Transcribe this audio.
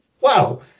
wow